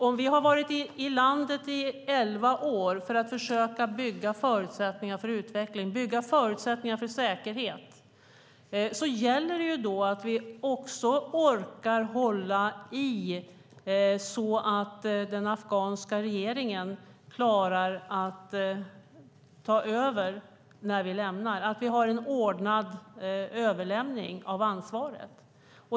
Om vi har varit i landet i elva år för att försöka bygga förutsättningar för utveckling, bygga förutsättningar för säkerhet gäller det att vi också orkar hålla i så att den afghanska regeringen klarar att ta över när vi lämnar, att vi har en ordnad överlämning av ansvaret.